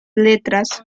letras